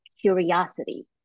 curiosity